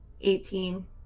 Eighteen